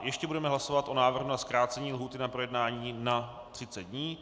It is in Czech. Ještě budeme hlasovat o návrhu na zkrácení lhůty na projednání na 30 dní.